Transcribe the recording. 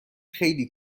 خیلی